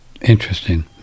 interesting